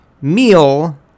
meal